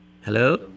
Hello